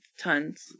tons